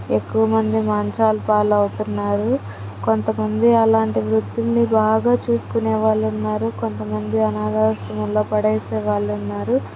ఎక్కువ మంది మంచాల పాలు అవుతున్నారు కొంతమంది అలాంటి వృద్ధులుని బాగా చూసుకునే వాళ్ళు ఉన్నారు కొంతమంది అనాథాశ్రమంలో పడేసేవాళ్ళు ఉన్నారు